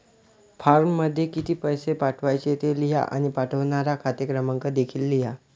फॉर्ममध्ये किती पैसे पाठवायचे ते लिहा आणि पाठवणारा खाते क्रमांक देखील लिहा